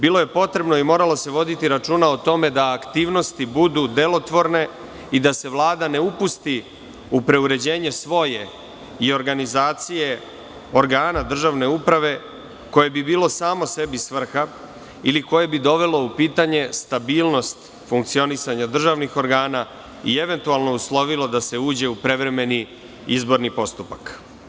Pri tome, bilo je potrebno i moralo se voditi računa o tome da aktivnosti budu delotvorne i da se Vlada ne upusti u preuređenje svoje i organizacije organa državne uprave koje bi bilo samo sebi svrha, ili koje bi dovelo u pitanje stabilnost funkcionisanja državnih organa, i eventualno uslovilo da se uđe u prevremeni izborni postupak.